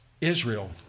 Israel